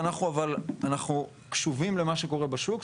אבל אנחנו קשובים למה שקורה בשוק,